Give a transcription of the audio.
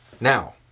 Now